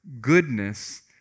goodness